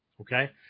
okay